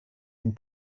und